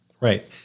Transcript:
right